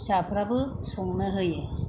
फिसाफ्राबो संनो होयो